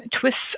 twists